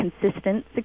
consistent